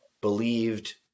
believed